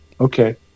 Okay